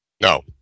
No